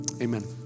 amen